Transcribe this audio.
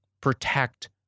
protect